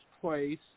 Place